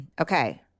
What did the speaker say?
okay